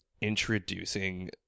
introducing